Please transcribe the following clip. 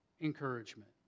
Encouragement